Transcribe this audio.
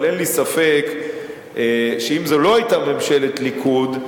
אבל אין לי ספק שאם זו לא היתה ממשלת ליכוד,